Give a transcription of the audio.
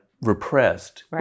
repressed